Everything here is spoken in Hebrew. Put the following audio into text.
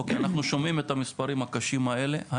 אוקי, אנחנו שומעים את המספרים הקשים האלה.